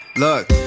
Look